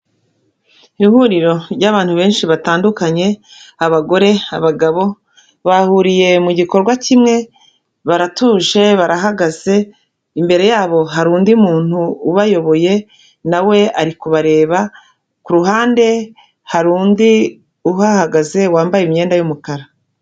Ihuriro ry'abantu benshi batandukanye abagore, abagabo, bahuriye mu gikorwa kimwe baratuje, barahagaze, imbere yabo hari undi muntu ubayoboye na we ari kubareba, ku ruhande hari undi uhahagaze wambaye imyenda y'umukara.